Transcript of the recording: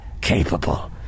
capable